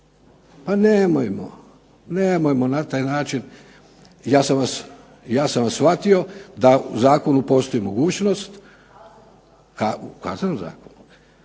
Pa nemojmo na taj način, ja sam vas shvatio da u zakonu postoji mogućnost, u kaznenom zakonu,